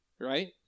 right